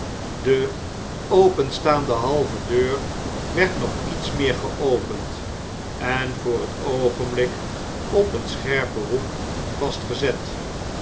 de openstaande halve deur werd nog iets meer geopend en voor het oogenblik op een scherpen hoek vastgezet